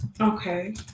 Okay